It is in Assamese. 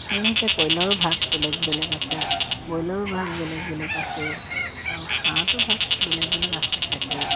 সেইমতে কইলাৰো ভাগ বেলেগ বেলেগ আছে ব্ৰইলাৰো ভাগ বেলেগ বেলেগ আছে আৰু হাঁহৰতো ভাগ বেলেগ বেলেগ আছে থাকেই